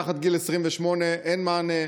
מתחת לגיל 28 אין מענה,